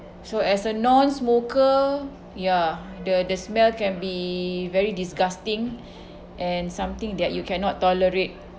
so as a non-smoker ya the the smell can be very disgusting and something that you cannot tolerate